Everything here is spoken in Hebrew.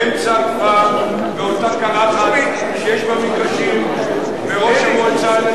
באותה קרחת שיש בה מגרשים וראש המועצה אינו יכול לתכנן בהם.